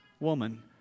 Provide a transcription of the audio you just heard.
Woman